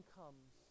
comes